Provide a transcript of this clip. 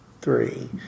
three